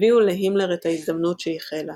הביאו להימלר את ההזדמנות שייחל לה